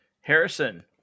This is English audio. Harrison